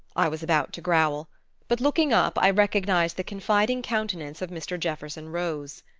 i was about to growl but looking up i recognized the confiding countenance of mr. jefferson rose.